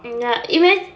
ya imag~